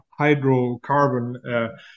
hydrocarbon